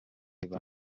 banki